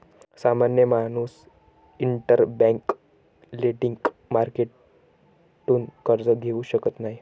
सामान्य माणूस interbank lending मार्केटतून कर्ज घेऊ शकत नाही